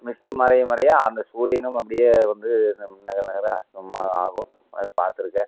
mist மறைய மறைய அந்த சூரியனும் அப்படியே வந்து நகர நகர ரொம் ஆகும் அது பார்த்துருக்கேன்